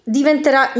diventerà